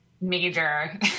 major